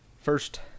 First